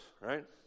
right